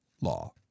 law